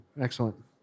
excellent